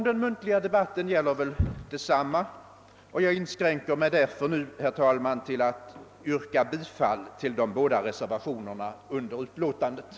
Detsamma gäller väl för den muntliga debatten. Jag inskränker mig därför nu, herr talman, till att yrka bifall till de båda vid utlåtandet fogade reservationerna.